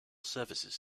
services